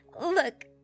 Look